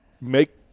make